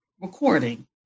recording